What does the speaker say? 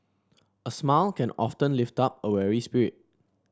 a smile can often lift up a weary spirit